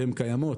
והן קיימות.